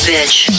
Bitch